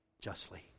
justly